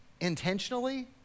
intentionally